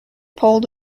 pulled